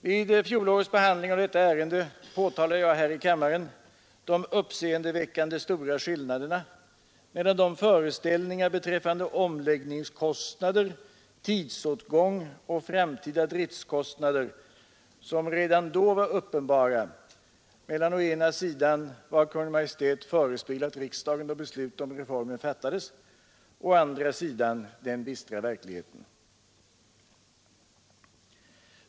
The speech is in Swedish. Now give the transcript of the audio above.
Vid fjolårets behandling av detta ärende påtalade jag här i kammaren de uppseendeväckande stora skillnaderna mellan de föreställningar beträffande omläggningskostnader, tidsåtgång och framtida driftkostnader som redan då var uppenbara mellan å ena sidan vad Kungl. Maj:t förespeglat riksdagen, då besluten om reformen fattades, och å andra sidan den bistra verkligheten.